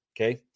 Okay